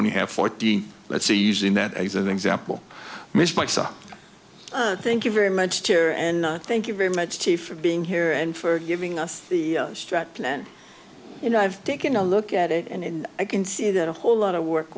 only have fourteen let's say using that as an example missed by so thank you very much chair and thank you very much chief for being here and for giving us you know i've taken a look at it and i can see that a whole lot of work